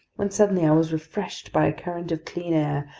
when suddenly i was refreshed by a current of clean air,